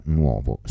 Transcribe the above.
nuovo